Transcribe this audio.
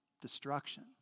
destruction